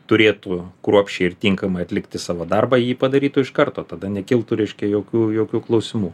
turėtų kruopščiai ir tinkamai atlikti savo darbą jį padarytų iš karto tada nekiltų reiškia jokių jokių klausimų